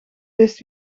wist